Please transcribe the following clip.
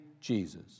Jesus